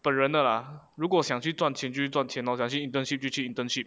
本人的 lah 如果想去赚就去赚钱 lor 想去 internship 就去 internship